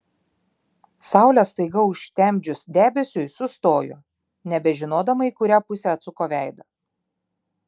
saulę staiga užtemdžius debesiui sustojo nebežinodama į kurią pusę atsuko veidą